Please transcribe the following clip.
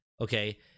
Okay